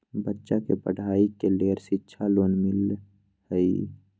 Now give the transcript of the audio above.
बच्चा के पढ़ाई के लेर शिक्षा लोन मिलहई?